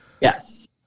Yes